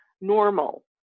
normal